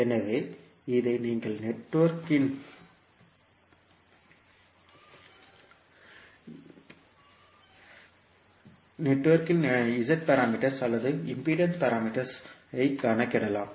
எனவே இதை நீங்கள் நெட்வொர்க் இன் z பாராமீட்டர்்ஸ் அல்லது இம்பிடேன்ஸ் பாராமீட்டர்்ஸ் ஐ கணக்கிடலாம்